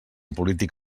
polític